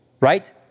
right